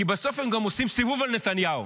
כי בסוף הם גם עושים סיבוב על נתניהו.